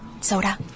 Soda